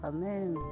Amen